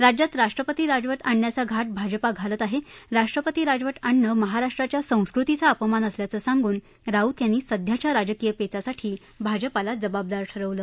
राज्यात राष्ट्रपती राजवट आणण्याचा घाट भाजपा घालत आहे राष्ट्रपती राजवट आणणं महाराष्ट्राच्या संस्कृतीचा अपमान असल्याचं सांगून राऊत यांनी सध्याच्या राजकीय पेचासाठी भाजपाला जबाबदार ठरवलं